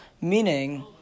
Meaning